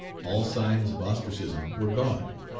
all signs of ostracism were gone.